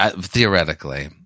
theoretically